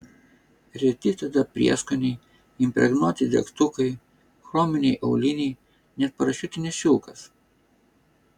reti tada prieskoniai impregnuoti degtukai chrominiai auliniai net parašiutinis šilkas